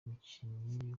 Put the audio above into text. umukinnyi